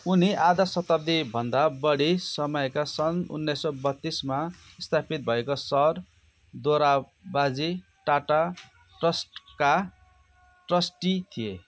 उनी आधा शताब्दीभन्दा बढी समयका सन् उन्नाइस सौ बत्तिसमा स्थापित भएको सर दोराबजी टाटा ट्रस्टका ट्रस्टी थिए